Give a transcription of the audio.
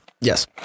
Yes